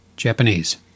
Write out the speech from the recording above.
Japanese